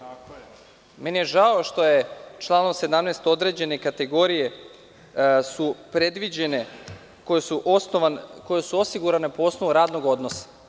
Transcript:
Žao mi je što su članom 17. određene kategorije predviđene koje su osigurane po osnovu radnog odnosa.